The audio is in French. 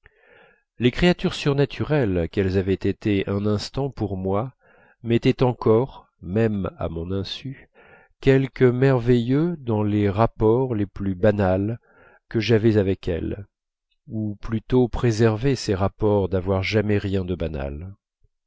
les créatures surnaturelles qu'elles avaient été un instant pour moi mettaient encore même à mon insu quelque merveilleux dans les rapports les plus banals que j'avais avec elles ou plutôt préservaient ces rapports d'avoir jamais rien de banal